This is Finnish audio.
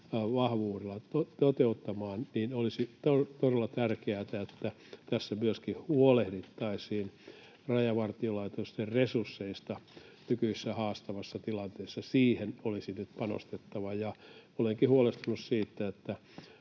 vahvuudella toteuttamaan, niin olisi todella tärkeätä, että tässä myöskin huolehdittaisiin Rajavartiolaitoksen resursseista nykyisessä haastavassa tilanteessa. Siihen olisi nyt panostettava, ja olenkin huolestunut siitä, että